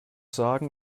sagen